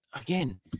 again